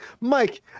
Mike